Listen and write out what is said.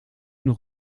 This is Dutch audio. nog